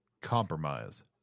Compromise